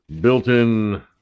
built-in